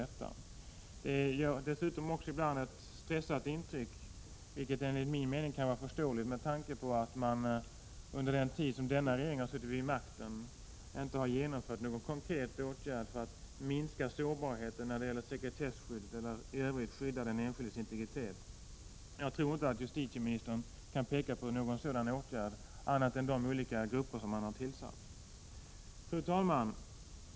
Det gör dessutom ibland ett stressat intryck, vilket enligt min mening kan vara förståeligt med tanke på att regeringen under sin senaste tid vid makten inte har vidtagit någon konkret åtgärd för att minska sårbarheten när det gäller sekretesskyddet eller för att i övrigt skydda den enskildes integritet. Jag tror inte att justitieministern kan peka på någon sådan åtgärd, utan han kan enbart hänvisa till de olika grupper han har tillsatt. Fru talman!